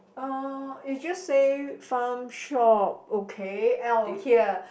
uh it just say farm shop okay L here